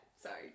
Sorry